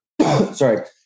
sorry